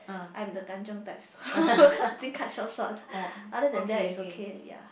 I'm the kanchiong type so think cut short short other than that is okay ya